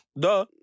Duh